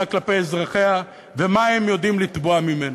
כלפי אזרחיה ומה הם יודעים לתבוע ממנה.